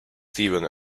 steven